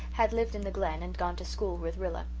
had lived in the glen and gone to school with rilla.